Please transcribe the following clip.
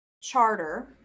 Charter